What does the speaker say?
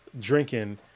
drinking